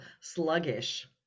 sluggish